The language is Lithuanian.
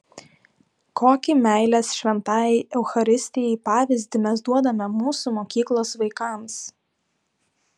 kokį meilės šventajai eucharistijai pavyzdį mes duodame mūsų mokyklos vaikams